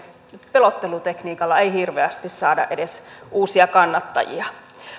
pelottelutekniikalla ei hirveästi saada edes uusia kannattajia